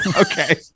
Okay